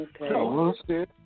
Okay